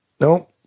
no